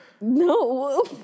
No